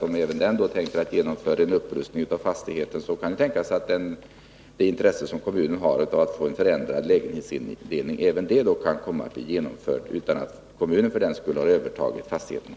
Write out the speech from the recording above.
Om han tänker genomföra en upprustning av fastigheten, kan det ju tänkas att även kommunens intresse av en ändrad lägenhetsindelning kan bli tillgodosett utan att kommunen för den skull behöver överta fastigheten.